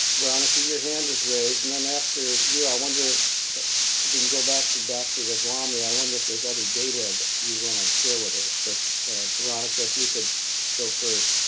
veronica, your hand is raised and then after you, i wonder if we can go back to dr. goswami. i wonder if there's other data that you want to share with us, but veronica if you could go first